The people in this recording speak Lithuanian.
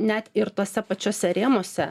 net ir tuose pačiuose rėmuose